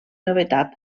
novetat